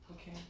Okay